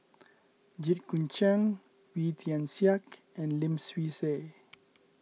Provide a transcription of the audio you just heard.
Jit Koon Ch'ng Wee Tian Siak and Lim Swee Say